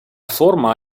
forma